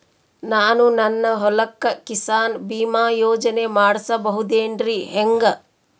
ನಾನು ನನ್ನ ಹೊಲಕ್ಕ ಕಿಸಾನ್ ಬೀಮಾ ಯೋಜನೆ ಮಾಡಸ ಬಹುದೇನರಿ ಹೆಂಗ?